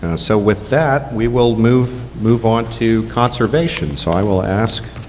so with that, we will move move on to conservation. so i will ask